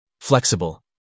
Flexible